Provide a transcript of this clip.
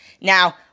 Now